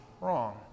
wrong